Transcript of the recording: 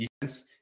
defense